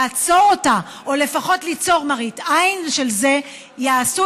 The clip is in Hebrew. לעצור אותה או לפחות ליצור מראית עין של זה יעשו